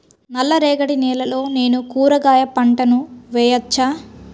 నల్ల రేగడి నేలలో నేను కూరగాయల పంటను వేయచ్చా?